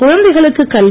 குழந்தைகளுக்கு கல்வி